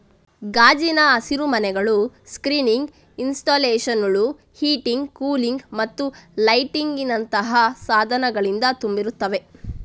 ಗಾಜಿನ ಹಸಿರುಮನೆಗಳು ಸ್ಕ್ರೀನಿಂಗ್ ಇನ್ಸ್ಟಾಲೇಶನುಳು, ಹೀಟಿಂಗ್, ಕೂಲಿಂಗ್ ಮತ್ತು ಲೈಟಿಂಗಿನಂತಹ ಸಾಧನಗಳಿಂದ ತುಂಬಿರುತ್ತವೆ